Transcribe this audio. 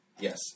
yes